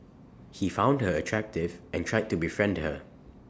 he found her attractive and tried to befriend her